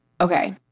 Okay